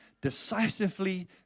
decisively